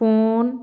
phone